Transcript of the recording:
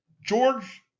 George